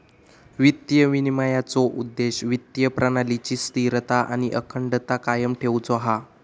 वित्तीय विनिमयनाचो उद्देश्य वित्तीय प्रणालीची स्थिरता आणि अखंडता कायम ठेउचो हा